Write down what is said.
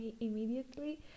immediately